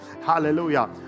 hallelujah